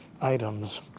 items